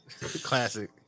classic